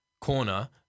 corner